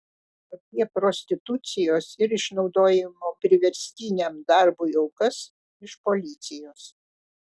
apie prostitucijos ir išnaudojimo priverstiniam darbui aukas iš policijos